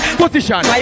position